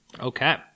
Okay